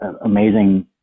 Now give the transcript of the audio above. amazing